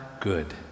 good